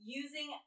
using